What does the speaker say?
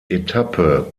etappe